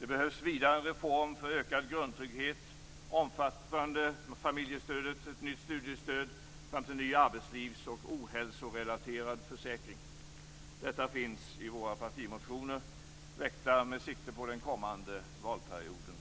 Det behövs vidare en reform för ökad grundtrygghet, omfattande familjestödet, ett nytt studiestöd samt en ny arbetslivsoch ohälsorelaterad försäkring. Detta finns i våra partimotioner, väckta under de gångna veckorna med sikte på den kommande valperioden.